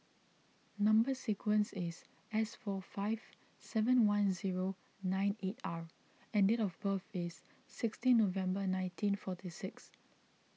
Number Sequence is S four five seven one zero nine eight R and date of birth is sixteen November nineteen forty six